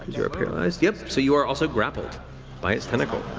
you're paralyzed. yep, so you are also grappled by its tentacle.